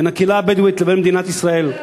בין הקהילה הבדואית לבין מדינת ישראל.